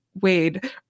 wade